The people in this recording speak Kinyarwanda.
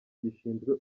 gishinzwe